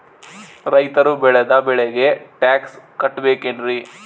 ರೈತರು ಬೆಳೆದ ಬೆಳೆಗೆ ಟ್ಯಾಕ್ಸ್ ಕಟ್ಟಬೇಕೆನ್ರಿ?